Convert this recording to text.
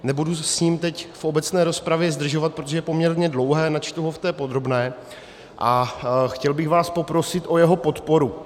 Nebudu s ním teď v obecné rozpravě zdržovat, protože je poměrně dlouhé, načtu ho v té podrobné, a chtěl bych vás poprosit o jeho podporu.